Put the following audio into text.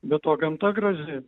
be to gamta graži